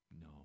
No